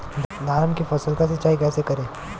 धान के फसल का सिंचाई कैसे करे?